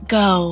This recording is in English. go